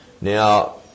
Now